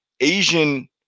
Asian